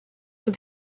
for